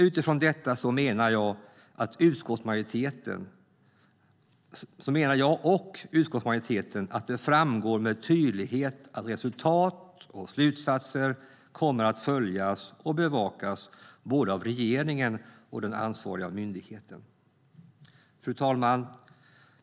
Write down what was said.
Utifrån detta menar jag, och utskottsmajoriteten, att det framgår med tydlighet att resultat och slutsatser kommer att följas och bevakas både av regeringen och den ansvariga myndigheten. Fru talman!